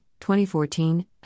2014